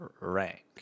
rank